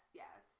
yes